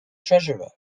treasurer